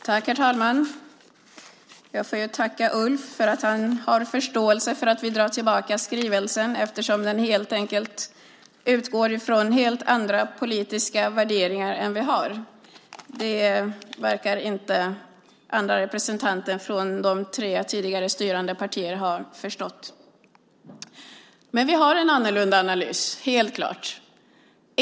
Herr talman! Jag tackar Ulf för att han har förståelse för att vi drar tillbaka skrivelsen eftersom den utgår från helt andra politiska värderingar än dem vi har. Det verkar inte andra representanter från de tre tidigare styrande partierna ha förstått. Vi har en annorlunda analys.